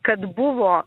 kad buvo